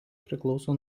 priklauso